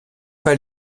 pas